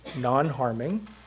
non-harming